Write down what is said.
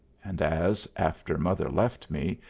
and as, after mother left me,